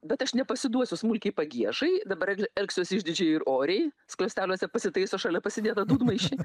bet aš nepasiduosiu smulkiai pagiežai dabar elgsiuosi išdidžiai ir oriai skliausteliuose pasitaiso šalia pasidėtą dūdmaišį